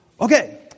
Okay